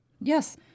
Yes